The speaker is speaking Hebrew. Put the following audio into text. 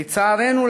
לצערנו,